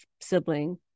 sibling